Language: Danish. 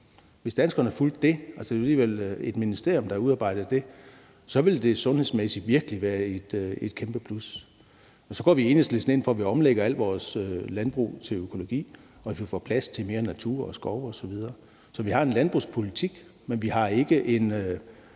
Hvis danskerne fulgte dem – det er alligevel et ministerium, der har udarbejdet det – så ville det sundhedsmæssigt virkelig være et kæmpe plus. Så går vi i Enhedslisten ind for, at vi omlægger al vores landbrug til økologi, og at vi gør plads til mere natur og skov osv. Vi har en landbrugspolitik, men vi har ikke en